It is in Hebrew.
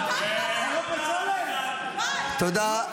--- תודה.